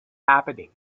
happening